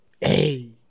Hey